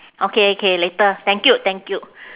okay K later thank you thank you